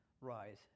rise